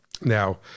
now